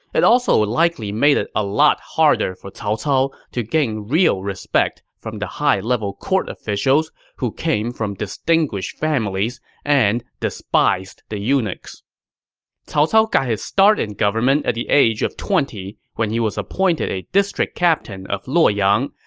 it also likely made it a lot harder for cao cao to gain real respect from the high-level court officials, who came from distinguished families and despised eunuchs cao cao got his start in government at the age of twenty when he was appointed a district captain of luoyang,